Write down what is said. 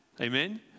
Amen